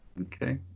okay